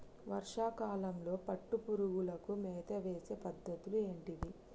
వర్షా కాలంలో పట్టు పురుగులకు మేత వేసే పద్ధతులు ఏంటివి?